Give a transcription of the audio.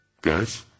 Guys